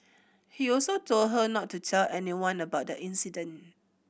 he also told her not to tell anyone about the incident